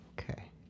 Okay